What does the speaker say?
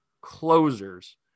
closers